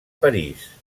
parís